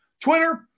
Twitter